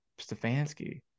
Stefanski